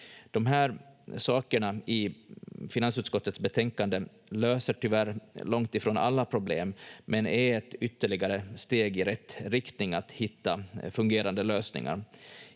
De här sakerna i finansutskottets betänkande löser tyvärr långt ifrån alla problem men är ett ytterligare steg i rätt riktning att hitta fungerande lösningar.